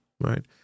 right